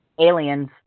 Aliens